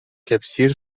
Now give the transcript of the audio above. кэпсиир